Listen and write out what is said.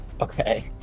Okay